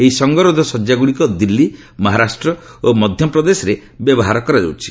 ଏହି ସଙ୍ଗରୋଧ ଶଯ୍ୟା ଗୁଡ଼ିକ ଦିଲ୍ଲୀ ମହାରାଷ୍ଟ୍ର ଓ ମଧ୍ୟପ୍ଦେଶରେ ବ୍ୟବହାର କରାଯାଉଛି